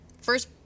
First